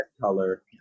color